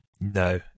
no